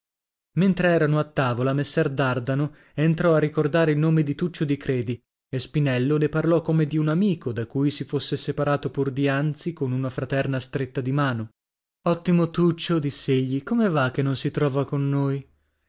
mentre erano a tavola messer dardano entrò a ricordare il nome di tuccio di credi e spinello ne parlò come di un amico da cui si fosse separato pur dianzi con una fraterna stretta di mano ottimo tuccio diss'egli come va che non si trova con noi